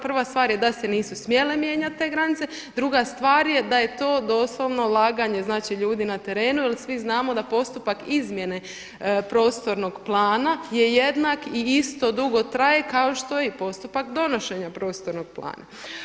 Prva stvar je da se nisu smjele mijenjati te granice, druga stvar da je to doslovno laganje ljudi na terenu jer svi znamo da postupak izmjene prostornog plana je jednak i isto dugo traje kao što i postupak donošenja prostornog plana.